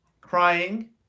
crying